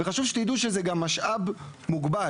וחשוב שתדעו שזה גם משאב מוגבל.